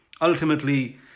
Ultimately